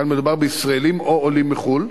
כאן מדובר בישראלים או בעולים מחו"ל,